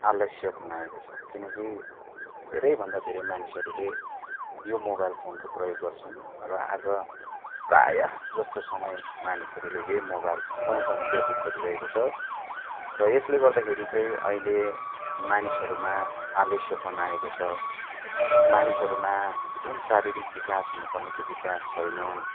आलस्य बनाएको छ किनकि धेरैभन्दा धेरै मानिसहरूले यो मोबाइल फोनको प्रयोग गर्छन् र आज प्राय जस्तो समय मानिसहरूले यही मोबाइल फोनसँग व्यतित गरिरहेको छ र यसले गर्दाखेरि चाहिँ अहिले मानिसहरूमा आलस्यपन आएको छ मानिसहरूमा जुन शारीरिक विकास हुनुपर्ने त्यो विकास छैन